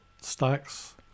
stacks